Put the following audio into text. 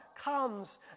comes